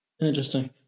Interesting